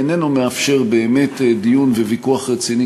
איננו מאפשר באמת דיון וויכוח רציני,